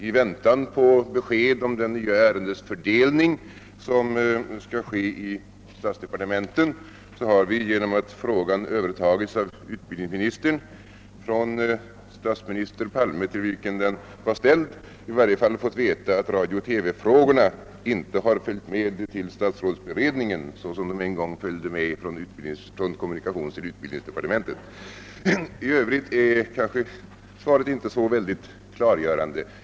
I väntan på besked om den nya ärendesfördelning som skall göras i statsdepartementen har vi genom att frågan övertagits av utbildningsministern från statsminister Palme, till vilken den var ställd, fått veta att radiooch TV-frågorna nu inte har följt med till statsrådsberedningen, så som de en gång följde med från kommunikationstill utbildningsdepartementet. I övrigt är emellertid svaret inte särskilt klarläggande.